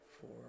four